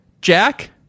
Jack